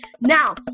now